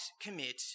commit